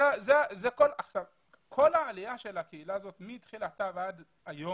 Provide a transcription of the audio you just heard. כל העלייה של הקהילה הזאת, מהתחלה ועד היום,